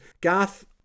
Garth